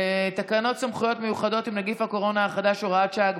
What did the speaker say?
תקנות סמכויות מיוחדות להתמודדות עם נגיף הקורונה החדש (הוראת שעה)